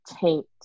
taint